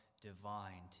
divine